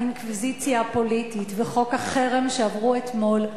האינקוויזיציה הפוליטית וחוק החרם, שעברו אתמול,